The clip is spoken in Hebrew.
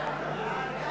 בבקשה.